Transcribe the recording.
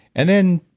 and then,